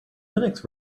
linux